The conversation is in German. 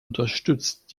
unterstützt